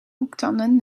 hoektanden